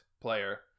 player